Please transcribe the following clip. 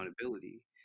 accountability